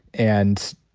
and,